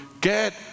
Get